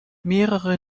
mehrere